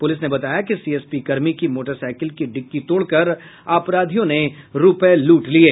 police ने बताया कि सीएसपी कर्मी की मोटरसाईकिल की डिक्की तोड़कर अपराधियों ने रूपये लूट लिये